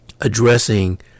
addressing